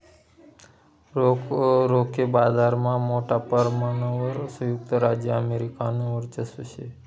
रोखे बाजारमा मोठा परमाणवर संयुक्त राज्य अमेरिकानं वर्चस्व शे